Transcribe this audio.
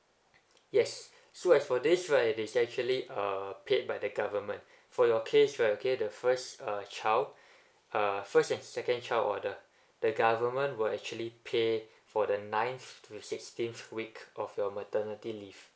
yes so as for this right it is actually uh paid by the government for your case right okay the first uh child uh first and second child order the government will actually pay for the ninth to sixteenth week of your maternity leave